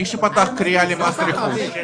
מי שפתח קריאה למס רכוש.